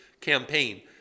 campaign